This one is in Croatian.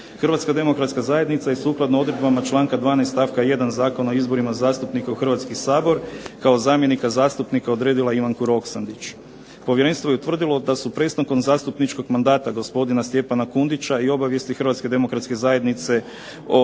Hrvatska demokratska zajednica sukladno odredbama članka 12. stavka 1. Zakona o izborima zastupnika u Hrvatski sabor kao zamjenika zastupnika odredila Ivanku Roksandić. Povjerenstvo je utvrdilo da su prestankom zastupničkog mandata gospodina Stjepana KUndića i obavijesti Hrvatske demokratske zajednice o